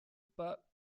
p’pa